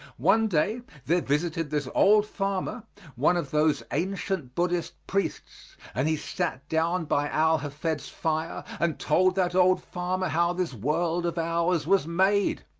one day there visited this old farmer one of those ancient buddhist priests, and he sat down by al hafed's fire and told that old farmer how this world of ours was made.